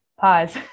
pause